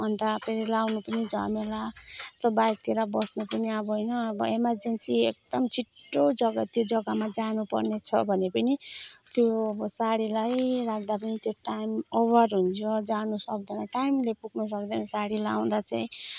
अन्त फेरि लगाउनु पनि झमेला यस्तो बाइकतिर बस्नु पनि अब होइन अब एमर्जेन्सी अब एकदम छिटो जग्गा त्यो जग्गामा जानुपर्ने छ भने पनि त्यो अब साडी लगाइराख्दा पनि त्यो टाइम ओभर हुन्छ जानु सक्दैन टाइमले पुग्नु सक्दैन साडी लाउँदा चाहिँ